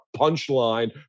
punchline